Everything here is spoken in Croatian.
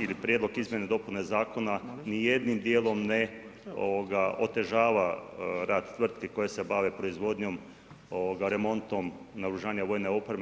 ili Prijedlog izmjene i dopune Zakona ni jednim dijelom ne otežava rad tvrtki koje se bave proizvodnjom, remontom naoružanja i vojne opreme.